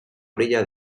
orilla